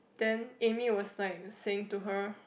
then Amy was like saying to her